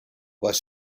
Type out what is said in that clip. bus